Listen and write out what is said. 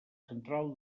central